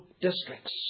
districts